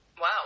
Wow